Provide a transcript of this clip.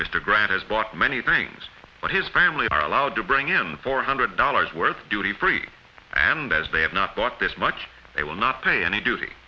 mr grant is bought many things but his family are allowed to bring him four hundred dollars worth of duty free and as they have not bought this much they will not pay any duty